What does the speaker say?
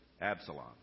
Absalom